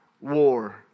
war